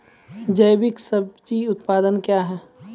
जैविक सब्जी उत्पादन क्या हैं?